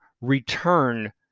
return